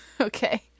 Okay